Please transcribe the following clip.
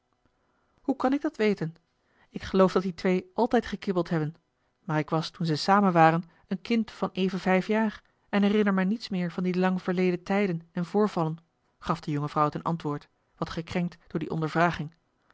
hoe kan ik dat weten ik geloof dat die twee altijd gekibbeld hebben maar ik was toen ze samen waren een kind van even vijf jaar en herinner mij niets meer van die lang verleden tijden en voorvallen gaf de jonge vrouw ten antwoord wat gekrenkt door die ondervraging